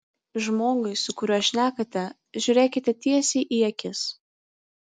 žmogui su kuriuo šnekate žiūrėkite tiesiai į akis